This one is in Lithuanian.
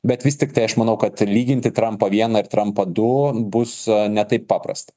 bet vis tiktai aš manau kad lyginti trampą vieną ir trampą du bus ne taip paprasta